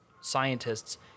scientists